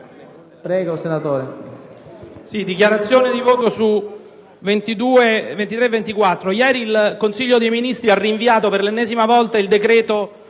Prego, senatore